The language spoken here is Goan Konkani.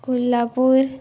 कोल्हापूर